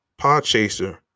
Podchaser